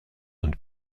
und